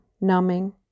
numbing